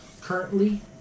Currently